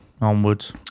onwards